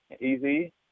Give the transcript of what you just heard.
easy